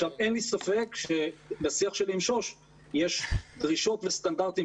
אין לי ספק שבשיח שלי עם שוש יש דרישות לסטנדרטים.